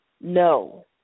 No